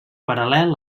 paral·lel